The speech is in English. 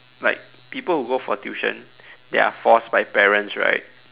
like people who go for tuition they are forced by parents right